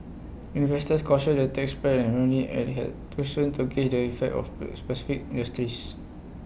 investors cautioned the tax plan preliminary and has too soon to gauge the effect of per specific industries